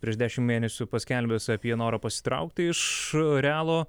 prieš dešim mėnesių paskelbęs apie norą pasitraukti iš realo